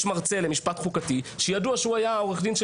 יש מרצה למשפט חוקתי שידוע שהיה עורך דין של